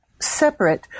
separate